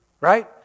Right